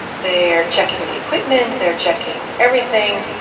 they're checking the equipment. they're checking everything,